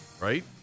right